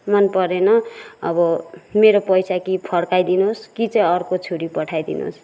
मन परेन अब मेरो पैसा कि फर्काइदिनुहोस् कि चाहिँ अर्को छुरी पठाइदिनुहोस्